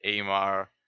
Amar